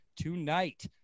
Tonight